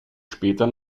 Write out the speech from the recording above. später